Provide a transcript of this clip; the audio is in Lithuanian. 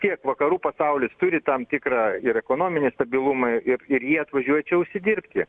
tiek vakarų pasaulis turi tam tikrą ir ekonominį stabilumą ir ir jie atvažiuoja čia užsidirbti